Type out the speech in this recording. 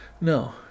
No